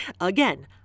again